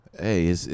hey